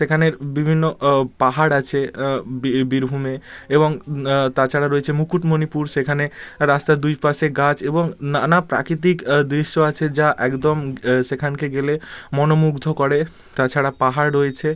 সেখানের বিভিন্ন পাহাড় আছে বীরভূমে এবং তাছাড়া রয়েছে মুকুটমণিপুর সেখানে রাস্তার দুই পাশে গাছ এবং নানা প্রাকৃতিক দৃশ্য আছে যা একদম সেখানকে গেলে মনমুগ্ধ করে তাছাড়া পাহাড় রয়েছে